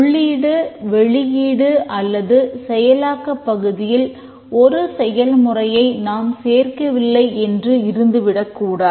உள்ளீடு வெளியீடு அல்லது செயலாக்கப் பகுதியில் ஒரு செயல்முறையை நாம் சேர்க்கவில்லை என்று இருந்து விடக்கூடாது